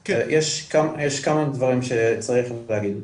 יש כמה דברים שצריך להגיד,